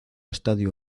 estadio